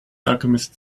alchemist